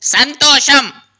సంతోషం